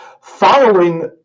Following